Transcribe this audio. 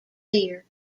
ear